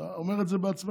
אתה אומר את זה בעצמך,